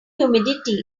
humidity